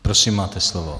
Prosím, máte slovo.